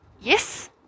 yes